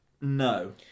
No